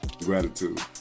gratitude